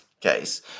case